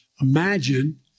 Imagine